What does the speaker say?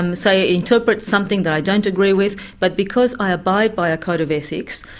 and say, interpret something that i don't agree with but because i abide by a code of ethics,